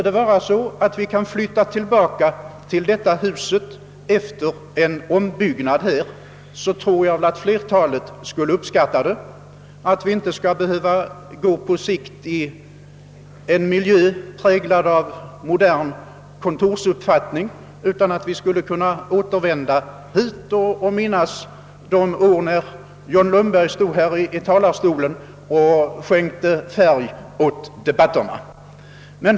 Jag tror att många skulle uppskatta att efter en ombyggnad flytta tillbaka till detta hus, så att vi inte på längre sikt behövde vistas i en miljö, präglad av modern kontorsutformning, utan finge återvända hit och minnas de år när herr Lundberg stod i talarstolen och skänkte färg åt debatterna.